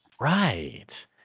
right